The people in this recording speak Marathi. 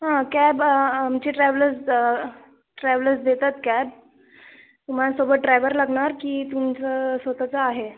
हां कॅब आमचे ट्रॅव्हलस ट्रॅव्हलस देतात कॅब तुम्हाला सोबत ड्रायव्हर लागणार की तुमचं स्वतःचं आहे